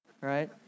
right